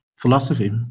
philosophy